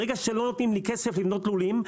ברגע שלא נותנים לי כסף לבנות לולים,